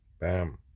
Bam